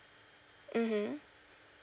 mmhmm